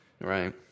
Right